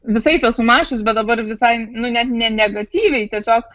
visaip esu mačius bet dabar visai nu ne ne negatyviai tiesiog